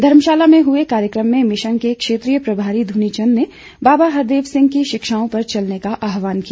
धर्मशाला में हुए कार्यक्रम में मिशन के क्षेत्रीय प्रभारी दुनी चंद ने बाबा हरदेव सिंह की शिक्षाओं पर चलने का आह्वान किया